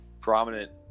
prominent